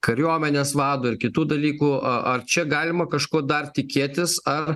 kariuomenės vado ir kitų dalykų a ar čia galima kažko dar tikėtis ar